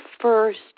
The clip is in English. first